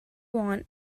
want